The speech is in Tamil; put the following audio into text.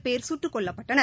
பேர் சுட்டுக் கொல்லப்பட்டனர்